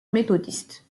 méthodiste